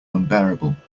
unbearable